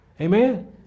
Amen